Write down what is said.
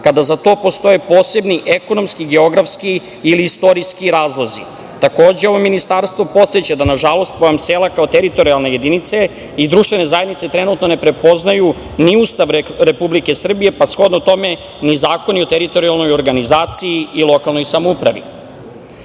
kada za to postoje posebni ekonomski, geografski ili istorijski razlozi. Takođe, ovo Ministarstvo podseća da nažalost pojam sela kao teritorijalne jedinice i društvene zajednice trenutno ne prepoznaju ni Ustav Republike Srbije, pa shodno tome ni zakoni o teritorijalnoj organizaciji i lokalnoj samoupravi. Takođe,